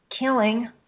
killing